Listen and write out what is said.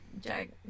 jag